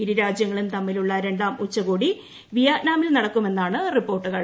ഇരു രാജൃങ്ങളും തമ്മിലുള്ള രണ്ടാം ഉച്ചകോടി വിയറ്റ്നാമിൽ നടക്കുമെന്നാണ് റിപ്പോർട്ടുകൾ